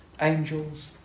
Angels